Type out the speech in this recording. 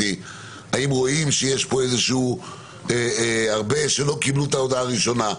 האם רואים שיש פה הרבה שלא קיבלו את ההודעה הראשונה?